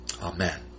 Amen